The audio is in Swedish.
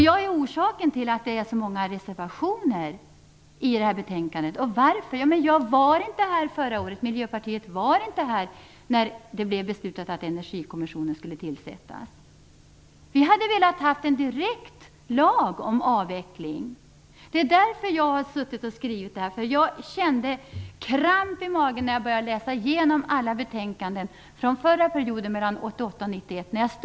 Jag är orsaken till att det är så många reservationer i detta betänkande. Varför? Jo, jag och Miljöpartiet var inte här i riksdagen förra året då det beslutades att Energikommissionen skulle tillsättas. Vi hade velat ha en direkt lag om avveckling. Jag har skrivit dessa reservationer, för jag fick kramp i magen när jag började läsa igenom alla betänkanden från förra perioden 1988-1991.